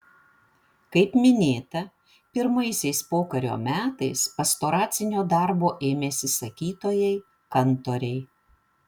kaip minėta pirmaisiais pokario metais pastoracinio darbo ėmėsi sakytojai kantoriai